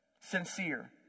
sincere